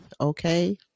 okay